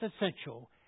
essential